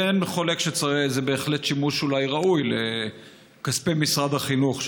ואין חולק שזה בהחלט שימוש אולי ראוי לכספי משרד החינוך.